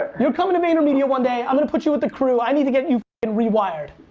you're coming to vayner media one day. i'm gonna put you with the crew. i need to get you and rewired.